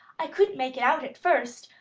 i couldn't make it out at first.